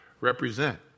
represent